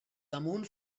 damunt